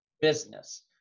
business